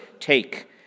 take